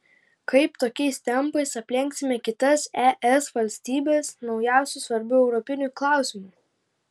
kaip tokiais tempais aplenksime kitas es valstybes naujausiu svarbiu europiniu klausimu